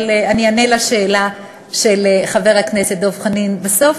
אבל אני אענה על השאלה של חבר הכנסת דב חנין בסוף,